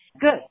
Good